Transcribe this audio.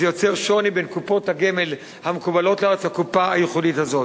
זה יוצר שוני בין קופות הגמל המקובלות בארץ לקופה הייחודית הזאת.